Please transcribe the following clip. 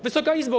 Wysoka Izbo!